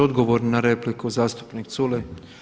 Odgovor na repliku zastupnik Culej.